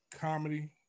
comedy